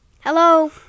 Hello